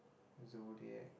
zodiac